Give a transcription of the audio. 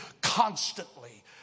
constantly